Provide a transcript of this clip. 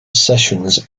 sessions